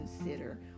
consider